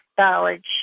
knowledge